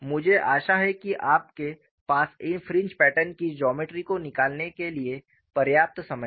मुझे आशा है कि आपके पास इन फ्रिंज पैटर्न की ज्योमेट्री को निकालने के लिए पर्याप्त समय था